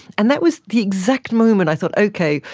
and that was the exact moment i thought, okay,